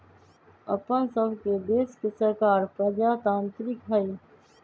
अप्पन सभके देश के सरकार प्रजातान्त्रिक हइ